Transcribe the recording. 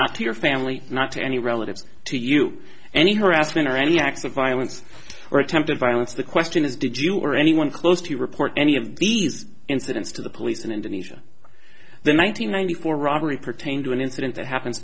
not to your family not to any relatives to you any harassment or any acts of violence or attempted violence the question is did you or anyone close to report any of these incidents to the police in indonesia the one nine hundred ninety four robbery pertain to an incident that happened